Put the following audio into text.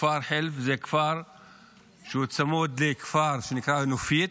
כפר חילף הוא כפר שצמוד לכפר שנקרא נופית,